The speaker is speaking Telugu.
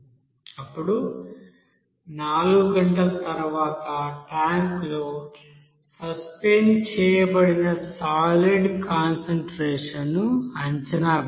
ఇప్పుడు నాలుగు గంటల తర్వాత ట్యాంక్లో సస్పెండ్ చేయబడిన సాలిడ్ కాన్సంట్రేషన్ ను అంచనా వేయండి